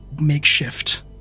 makeshift